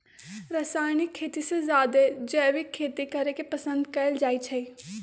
रासायनिक खेती से जादे जैविक खेती करे के पसंद कएल जाई छई